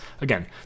again